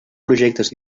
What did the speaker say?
projectes